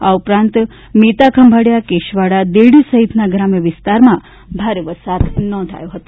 આ ઉપરાંત મેતાખંભાળીયા કેશવાળા દેરડી સહિતના ગ્રામ્ય વિસ્તારમાં ભારે વરસાદ નોંધાયો હતો